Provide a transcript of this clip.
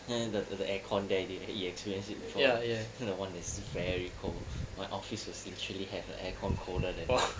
uh the the aircon there already you experienced it before the one that is very cold my office was literally have an aircon colder than this